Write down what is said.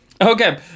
Okay